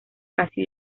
casi